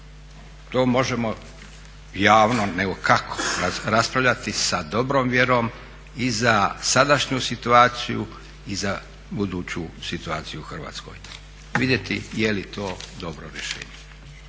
To možemo javno, nego kako, raspravljati sa dobrom vjerom i za sadašnju situaciju i za buduću situaciju u Hrvatskoj. Vidjeti je li to dobro rješenje.